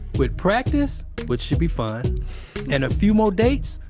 with practice, which should be fun and a few more dates,